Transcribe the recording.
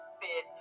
fit